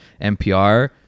NPR